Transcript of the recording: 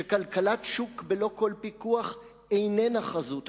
שכלכלת שוק בלא כל פיקוח איננה חזות הכול.